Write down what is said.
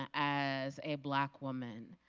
ah as a black woman.